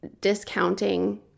discounting